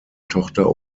tochter